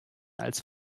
als